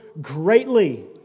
greatly